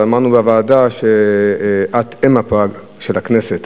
אבל אמרנו בוועדה שאת אם הפג של הכנסת.